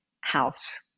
house